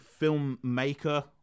filmmaker